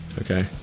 Okay